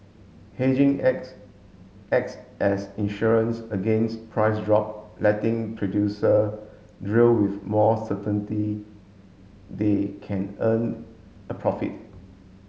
hedging acts acts as insurance against price drop letting producer drill with more certainty they can earn a profit